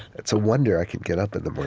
it's a wonder i can get up in